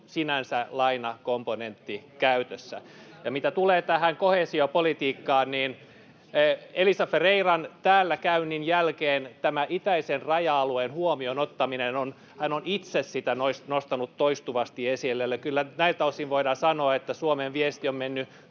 sinänsä lainakomponentti käytössä. Mitä tulee tähän koheesiopolitiikkaan, Elisa Ferreira on täällä käynnin jälkeen itse tätä itäisen raja-alueen huomioon ottamista nostanut toistuvasti esille, eli kyllä näiltä osin voidaan sanoa, että Suomen viesti on mennyt